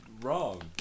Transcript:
wrong